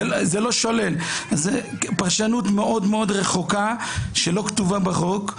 זו פרשנות מאוד מאוד רחוקה, שלא כתובה בחוק.